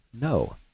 No